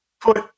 put